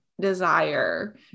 desire